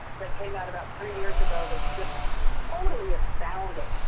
that came out about three years ago that's just totally astounding.